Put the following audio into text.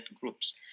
groups